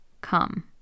come